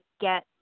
get